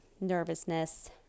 nervousness